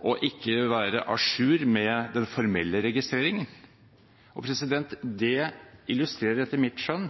å ikke være à jour med den formelle registreringen. Det illustrerer etter mitt skjønn